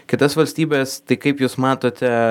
kitas valstybes tai kaip jūs matote